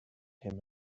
him